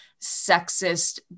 sexist